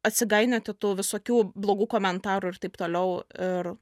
atsigainioti tų visokių blogų komentarų ir taip toliau ir